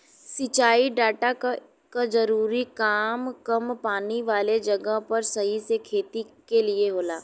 सिंचाई डाटा क जरूरी काम कम पानी वाले जगह पर सही से खेती क लिए होला